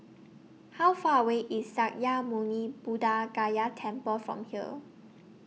How Far away IS Sakya Muni Buddha Gaya Temple from here